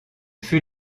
fut